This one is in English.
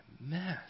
mess